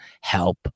Help